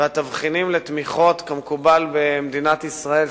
והתבחינים לתמיכות כמקובל במדינת ישראל,